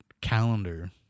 calendar